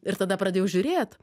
ir tada pradėjau žiūrėt